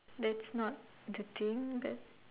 that's not the thing that